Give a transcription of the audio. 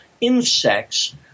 insects